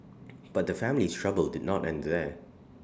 but the family's trouble did not end there